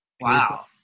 Wow